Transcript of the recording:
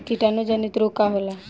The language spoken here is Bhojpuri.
कीटाणु जनित रोग का होला?